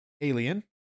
Alien